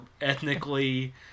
ethnically